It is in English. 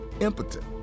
impotent